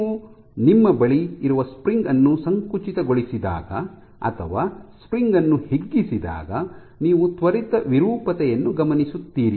ನೀವು ನಿಮ್ಮ ಬಳಿ ಇರುವ ಸ್ಪ್ರಿಂಗ್ ಅನ್ನು ಸಂಕುಚಿತಗೊಳಿಸಿದಾಗ ಅಥವಾ ಸ್ಪ್ರಿಂಗ್ ಅನ್ನು ಹಿಗ್ಗಿಸಿದಾಗ ನೀವು ತ್ವರಿತ ವಿರೂಪತೆಯನ್ನು ಗಮನಿಸುತ್ತೀರಿ